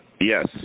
Yes